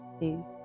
two